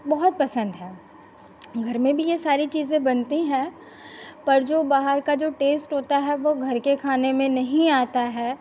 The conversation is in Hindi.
बहुत पसंद है घर में भी ये सारी चीजें बनती हैं पर जो बाहर का जो टेस्ट होता है वो घर के खाने में नहीं आता है